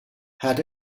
had